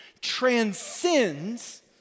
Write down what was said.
transcends